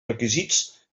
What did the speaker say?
requisits